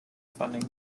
funding